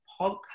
podcast